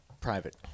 private